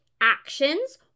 actions